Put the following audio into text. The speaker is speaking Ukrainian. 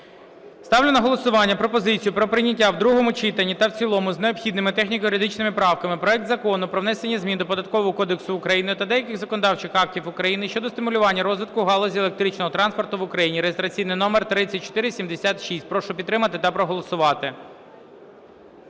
Ставлю на голосування пропозицію про прийняття в другому читанні та в цілому з необхідними техніко-юридичними правками проект Закону про внесення змін до Податкового кодексу України та деяких законодавчих актів України щодо стимулювання розвитку галузі електричного транспорту в Україні (реєстраційний номер 3476). Прошу підтримати та проголосувати.